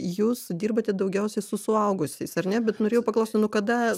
jūs dirbate daugiausia su suaugusiais ar ne bet norėjau paklausti nuo kada